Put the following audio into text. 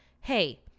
hey